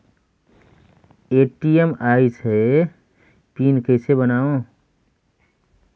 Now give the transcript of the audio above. ATM आइस ह PIN कइसे बनाओ?